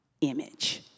image